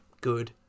good